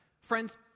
Friends